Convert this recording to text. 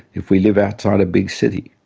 if we live outside a big city?